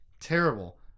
terrible